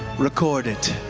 record it.